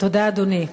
תודה, אדוני.